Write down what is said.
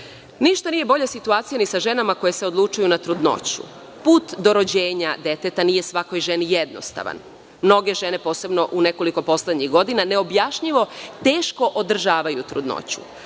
nije bolja situacija ni sa ženama koje se odlučuju na trudnoću. Put do rođenja deteta nije svakoj ženi jednostavan. Mnoge žene, posebno u nekoliko poslednjih godina neobjašnjivo teško održavaju trudnoću.